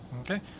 okay